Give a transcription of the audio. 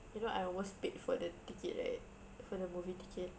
you know I almost paid for ticket right for the movie ticket